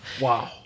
Wow